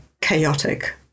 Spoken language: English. chaotic